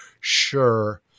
sure